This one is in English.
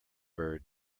bird